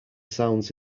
sounds